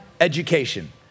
education